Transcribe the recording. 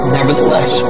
Nevertheless